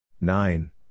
Nine